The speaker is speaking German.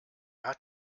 hat